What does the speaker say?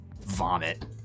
vomit